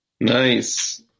Nice